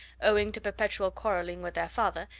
owing to perpetual quarrelling with their father,